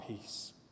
peace